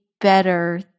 better